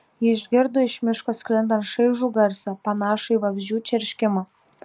ji išgirdo iš miško sklindant šaižų garsą panašų į vabzdžių čerškimą